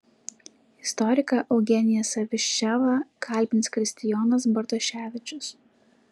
istoriką eugenijų saviščevą kalbins kristijonas bartoševičius